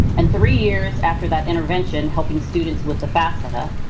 and three years after that intervention, helping students with the fafsa,